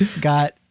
got